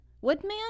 Woodman